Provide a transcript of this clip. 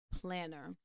planner